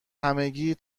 همگی